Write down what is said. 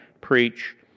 preach